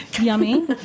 yummy